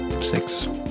six